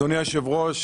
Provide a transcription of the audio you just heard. אדוני היושב-ראש,